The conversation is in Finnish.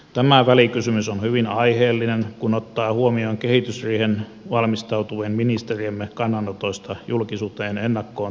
tämä välikysymys on hyvin aiheellinen kun ottaa huomioon kehysriiheen valmistautuvien ministeriemme kannanotoista julkisuuteen ennakkoon tihkuneet leikkauskohteet